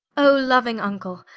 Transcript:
oh louing vnckle,